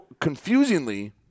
confusingly